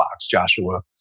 Joshua